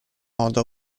modo